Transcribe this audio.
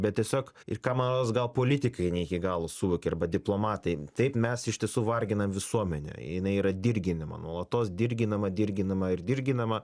bet tiesiog ir ką man rodos gal politikai ne iki galo suvokė arba diplomatai taip mes iš tiesų varginam visuomenę jinai yra dirginama nuolatos dirginama dirginama ir dirginama